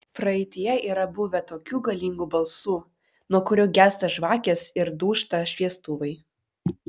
praeityje yra buvę tokių galingų balsų nuo kurių gęsta žvakės ir dūžta šviestuvai